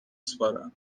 سپارم